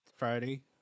Friday